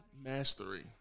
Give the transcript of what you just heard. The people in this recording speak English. mastery